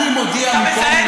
אני מודיע מפה,